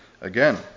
again